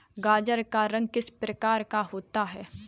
गाजर का रंग किस प्रकार का होता है?